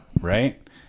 right